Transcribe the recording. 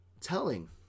telling